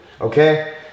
Okay